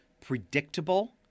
predictable